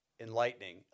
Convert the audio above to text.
enlightening